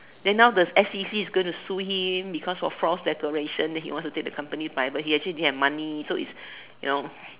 then now the S_C_C is gonna Sue him because of false declaration then he wants to take the company private he actually didn't have money so it's you know